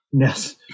yes